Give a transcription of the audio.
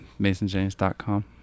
masonjames.com